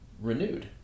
renewed